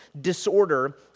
disorder